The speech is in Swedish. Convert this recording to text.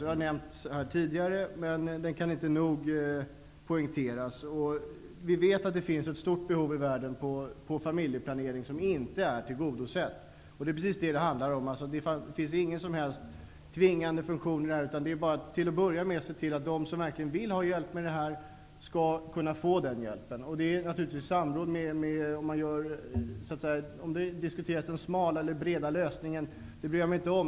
Det har nämnts här tidigare, men det kan inte nog poängteras. Det finns i världen ett stort behov av familjeplanering som inte är tillgodosett. Det finns ingen tvingande funktion. Till att börja med får man se till att de som verkligen vill ha hjälp med familjeplanering får hjälp. Om det blir en smal eller bred lösning bryr jag mig inte om.